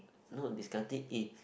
no discard it eh